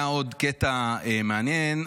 היה עוד קטע מעניין.